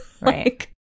Right